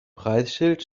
preisschild